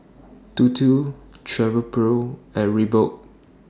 Dodo Travelpro and Reebok